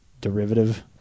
derivative